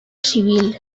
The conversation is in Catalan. civil